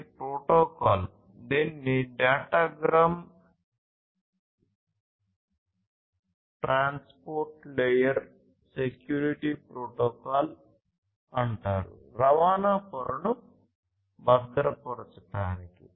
ఇది ప్రోటోకాల్ దీనిని datagram transport layer security protocol అంటారు రవాణా పొరను భద్రపరచడానికి